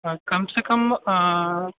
कम से कम